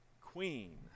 queen